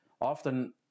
often